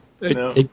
No